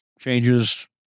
changes